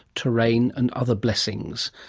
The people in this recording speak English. terrain and other blessings.